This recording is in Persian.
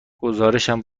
گزارشم